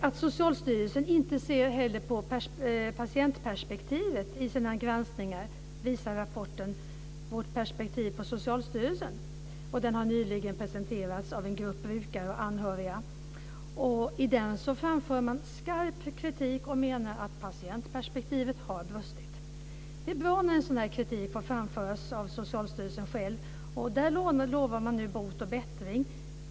Att Socialstyrelsen inte heller ser på patientperspektivet i sina granskningar visar rapporten Vårt perspektiv på Socialstyrelsen, som nyligen har presenterats av en grupp brukare och anhöriga. Där framför man skarp kritik och menar att patientperspektivet har brustit. Det är bra när sådan här kritik får framföras, och Socialstyrelsen lovar nu bot och bättring.